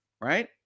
right